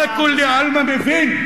זה כולי עלמא מבין.